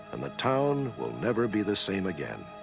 and the town will never be the same again.